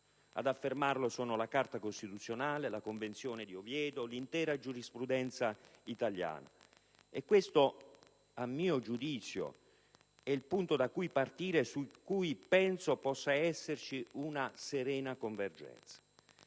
Ad affermare ciò sono la Carta costituzionale, la Convenzione di Oviedo, l'intera giurisprudenza italiana. Questo, a mio giudizio, è il punto da cui partire, su cui penso possa esserci una serena convergenza.